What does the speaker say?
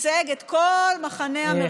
ייצג את כל מחנה המרכז-שמאל.